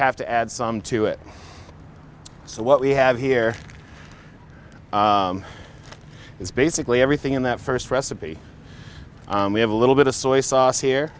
have to add some to it so what we have here is basically everything in that first recipe we have a little bit of soya sauce here